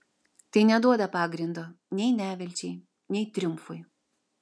tai neduoda pagrindo nei nevilčiai nei triumfui